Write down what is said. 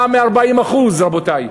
יותר מ-40%, רבותי.